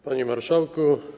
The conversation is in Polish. Panie Marszałku!